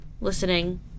listening